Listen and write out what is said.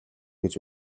гэж